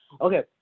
Okay